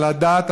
על הדת,